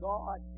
God